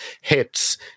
hits